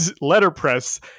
letterpress